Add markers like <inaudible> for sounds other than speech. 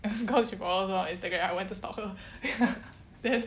because you follow her on instagram I went to stalk her <laughs>